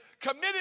committed